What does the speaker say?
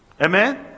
Amen